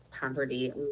poverty